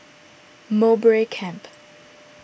Mowbray Camp